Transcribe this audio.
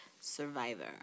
survivor